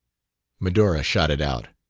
medora shot it out.